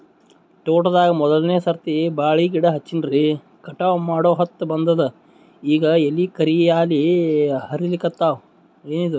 ತೋಟದಾಗ ಮೋದಲನೆ ಸರ್ತಿ ಬಾಳಿ ಗಿಡ ಹಚ್ಚಿನ್ರಿ, ಕಟಾವ ಮಾಡಹೊತ್ತ ಬಂದದ ಈಗ ಎಲಿ ಕರಿಯಾಗಿ ಹರಿಲಿಕತ್ತಾವ, ಏನಿದು?